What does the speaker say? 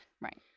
Right